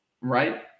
right